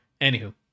Anywho